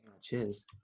Cheers